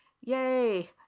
Yay